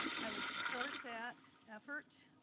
i would support that effort.